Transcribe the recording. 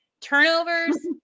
Turnovers